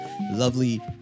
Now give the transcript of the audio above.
lovely